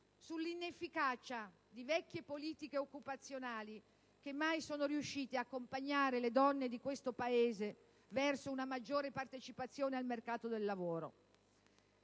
sull'inefficacia di vecchie politiche occupazionali che mai sono riuscite ad accompagnare le donne di questo Paese verso una maggiore partecipazione al mercato del lavoro.